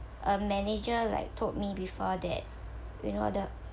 a manager like told me before that you know the